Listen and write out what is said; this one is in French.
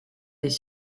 des